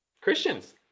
christians